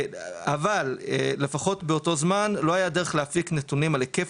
אבל לפחות באותו זמן לא היה דרך להפיק נתונים על היקף